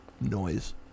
noise